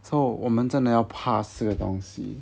so 我们真的要 pass 这个东西